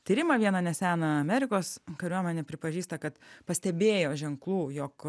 tyrimą vieną neseną amerikos kariuomenė pripažįsta kad pastebėjo ženklų jog